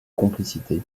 complicité